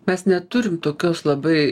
mes neturim tokios labai